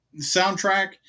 soundtrack